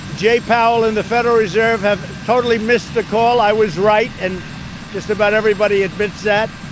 jay powell and the federal reserve have totally missed the call. i was right, and just about everybody admits that.